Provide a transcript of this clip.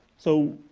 so,